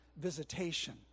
visitation